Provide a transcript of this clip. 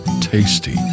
tasty